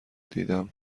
دیدم